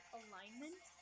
alignment